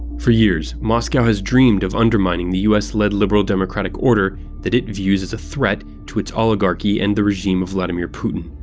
for years, moscow has dreamed of undermining the us-led liberal democratic order that it views as a threat to its oligarchy and the regime of vladimir putin,